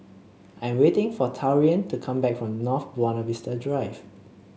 I'm waiting for Taurean to come back from North Buona Vista Drive